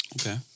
Okay